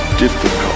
difficult